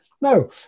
No